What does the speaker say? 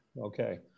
Okay